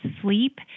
sleep